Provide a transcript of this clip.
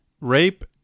rape